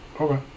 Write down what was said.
Okay